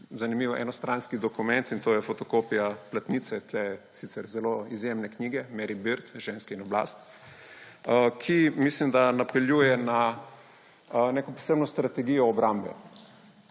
zanimiv enostranski dokument, in to je fotokopija platnice sicer zelo izjemne knjige Mary Beard Ženske in oblast, ki mislim, da napeljuje na neko posebno strategijo obrambe.